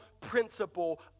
principle